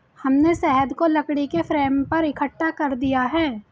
हमने शहद को लकड़ी के फ्रेम पर इकट्ठा कर दिया है